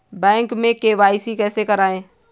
Bank में KYC कैसे करायें?